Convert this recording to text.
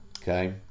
okay